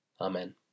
Amen